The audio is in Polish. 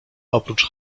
oprócz